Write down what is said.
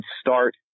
start